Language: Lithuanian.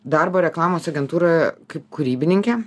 į darbą reklamos agentūroje kaip kūrybininkė